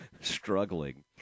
struggling